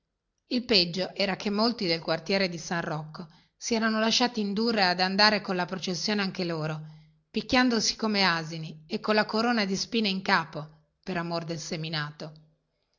il peggio era che molti del quartiere di san rocco si erano lasciati indurre ad andare colla processione anche loro picchiandosi come asini e colla corona di spine in capo per amor del seminato